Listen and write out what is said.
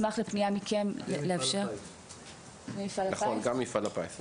וגם מפעל הפיס.